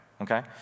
Okay